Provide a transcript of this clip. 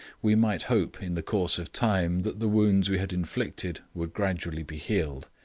we might hope in the course of time that the wounds we had inflicted would gradually be healed,